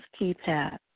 keypad